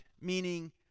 meaning